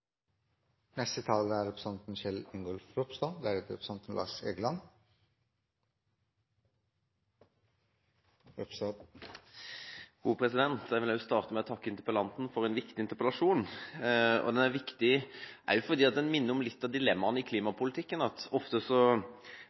Jeg vil starte med å takke interpellanten for en viktig interpellasjon. Den er viktig også fordi den minner om litt av dilemmaene i klimapolitikken. Ofte